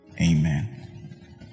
Amen